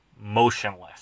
motionless